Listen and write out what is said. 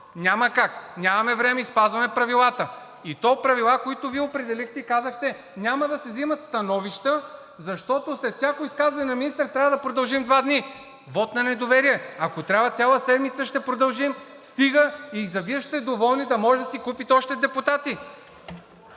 Няма как, нямаме време и спазваме правилата, и то правила, които Вие определихте и казахте: няма да се взимат становища, защото след всяко изказване на министъра трябва да продължим два дни. Вот на недоверие, ако трябва цяла седмица ще продължим, и Вие ще сте доволни, за да можете да си купите още депутати.